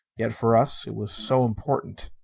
yet for us, it was so important!